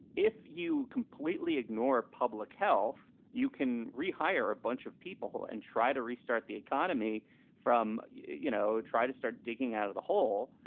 if you completely ignore public health, you can rehire a bunch of people and try to restart the economy from, you know, try to start digging out of the hole.